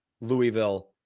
Louisville